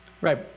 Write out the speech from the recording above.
Right